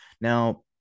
Now